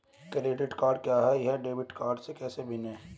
Credit card क्या है और यह डेबिट कार्ड से कैसे भिन्न है?